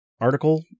article